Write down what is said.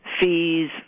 fees